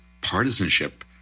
partisanship